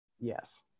Yes